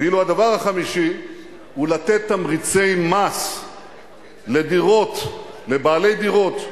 ואילו הדבר החמישי הוא לתת תמריצי מס לבעלי דירות,